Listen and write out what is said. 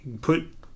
put